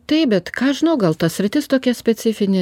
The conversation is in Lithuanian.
taip bet ką žinau gal ta sritis tokia specifinė